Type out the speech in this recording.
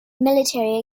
military